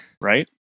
Right